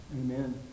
Amen